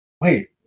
Wait